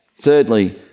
Thirdly